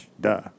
Duh